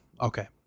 okay